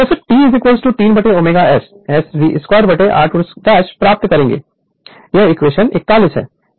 Refer Slide Time 3048 तो फिर T 3ω S S v 2r2 प्राप्त करेगा यह इक्वेशन 41 है